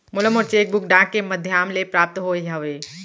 मोला मोर cheque book डाक के मध्याम ले प्राप्त होय हवे